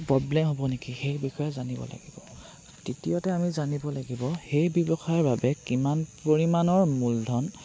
problem হ'ব নেকি সেই বিষয়ে জানিব লাগিব তৃতীয়তে আমি জানিব লাগিব সেই ব্যৱসায়ৰ বাবে কিমান পৰিমাণৰ মূলধন